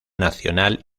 nacional